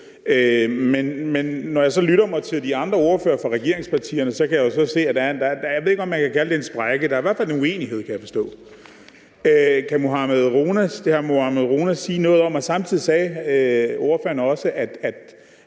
Men når jeg så lytter mig til, hvad de andre ordførere fra regeringspartierne siger, så kan jeg jo høre, at der er, og jeg ved ikke, om man kan kalde det en sprække, men i hvert fald er en uenighed, kan jeg forstå. Samtidig sagde ordføreren også, at